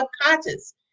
subconscious